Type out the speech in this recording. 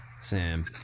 Sam